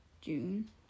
June